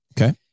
Okay